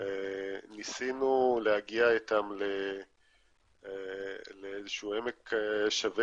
וניסינו להגיע איתם לאיזשהו עמק שווה